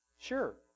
Sure